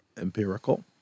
empirical